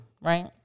right